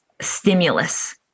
stimulus